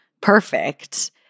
perfect